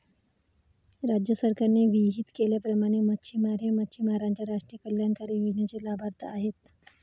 राज्य सरकारने विहित केल्याप्रमाणे मच्छिमार हे मच्छिमारांच्या राष्ट्रीय कल्याणकारी योजनेचे लाभार्थी आहेत